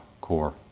core